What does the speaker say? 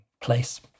place